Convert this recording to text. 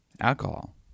alcohol